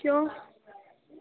ਕਿਉਂ